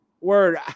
Word